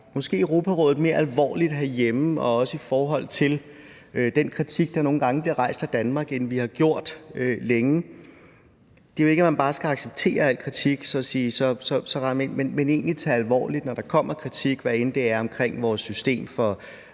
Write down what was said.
tager Europarådet mere alvorligt, også i forhold til den kritik, der nogle gange bliver rejst af Danmark, end vi har gjort længe. Det er jo ikke sådan, at man bare skal acceptere al kritik, men egentlig tage det alvorligt, når der kommer kritik, hvad end det er omkring vores system for